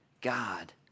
God